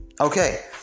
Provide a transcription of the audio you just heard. okay